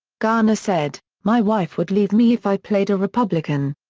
garner said, my wife would leave me if i played a republican.